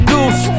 Goose